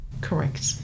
correct